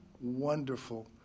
wonderful